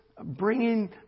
bringing